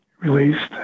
released